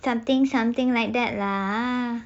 something something like that lah